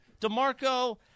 DeMarco